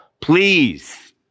please